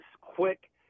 quick